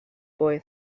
boy